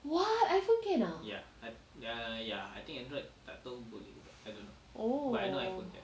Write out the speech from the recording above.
what iphone can ah